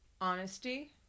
Honesty